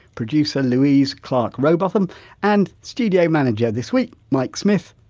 producer louise clarke-rowbotham and studio manager, this week, mike smith.